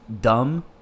dumb